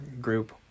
group